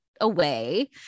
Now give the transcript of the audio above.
away